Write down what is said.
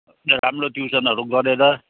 राम्रो ट्युसनहरू गरेर